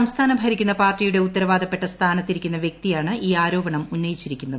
സംസ്ഥാനം ഭരിക്കുന്ന പാർട്ടിയുടെ ൃ ഉത്തർവാദപ്പെട്ട സ്ഥാനത്തിരിക്കുന്ന വ്യക്തിയാണ് ഈ ആരോപിണ്ട് ഉന്നയിച്ചിരിക്കുന്നത്